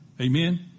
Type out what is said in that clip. Amen